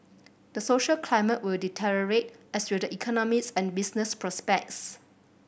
the social climate will deteriorate as will the economies and business prospects